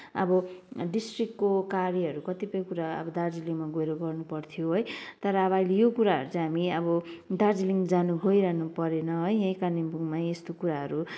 अब डिस्ट्रिक्टको कार्यहरू कतिपय कुरा अब दार्जिलिङमा गएर गर्नुपर्थ्यो है तर अब अहिले यो कुराहरू चाहिँ हामी अब दार्जिलिङ जानु गइरहनु परेन है यहीँ कालिम्पोङमै यस्तो कुराहरू